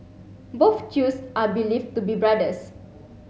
both Chews are believed to be brothers